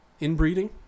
inbreeding